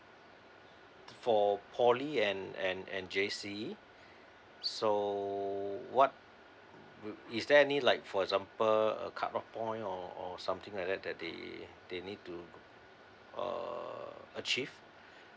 for poly and and and J_C so what is there any like for example a cut off point or or something like that that they they need to uh achieve